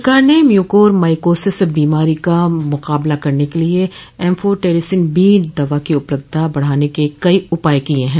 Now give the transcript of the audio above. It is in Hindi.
सरकार ने म्यूकोरमाइकोसिस बीमारी का मुकाबला करने के लिए एम्फोटेरिसिन बी दवा की उपलब्धता बढ़ाने के लिए कई उपाए किए हैं